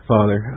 Father